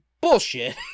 bullshit